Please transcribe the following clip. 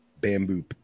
bamboo